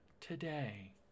today